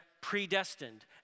predestined